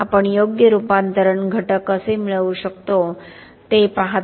आपण योग्य रूपांतरण घटक कसे मिळवू शकतो ते पाहतो